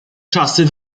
czasy